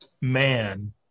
man